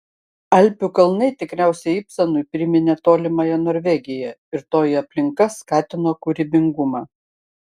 alpių kalnai tikriausiai ibsenui priminė tolimąją norvegiją ir toji aplinka skatino kūrybingumą